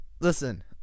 Listen